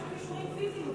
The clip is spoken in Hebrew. גם של כישורים פיזיים,